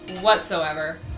Whatsoever